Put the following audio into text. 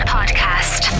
Podcast